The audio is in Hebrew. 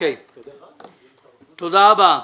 תודה רבה.